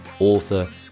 Author